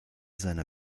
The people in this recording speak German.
seiner